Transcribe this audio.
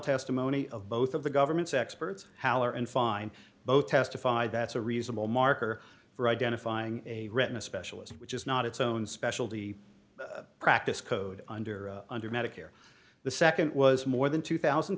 testimony of both of the government's experts how and fine both testified that's a reasonable marker for identifying a retina specialist which is not its own specialty practice code under under medicare the nd was more than two thousand